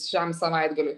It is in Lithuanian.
šiam savaitgaliui